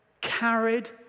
carried